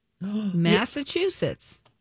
Massachusetts